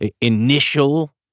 initial